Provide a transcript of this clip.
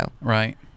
Right